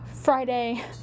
Friday